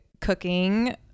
cooking